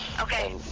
Okay